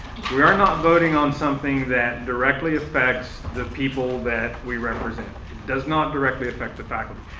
we're not voting on something that directly affects the people that we represent. it does not directly affect the faculty.